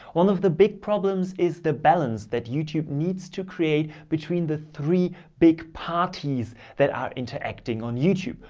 one of the big problems is the balance that youtube needs to create between the three big parties that are interacting on youtube.